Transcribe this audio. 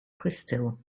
crystal